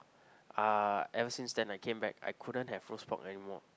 ah ever since then I came back I couldn't have roast pork anymore